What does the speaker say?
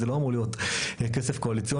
זה לא אמור להיות כסף קואליציוני.